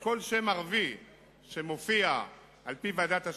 כל שם ערבי שמופיע על-פי ועדת השמות,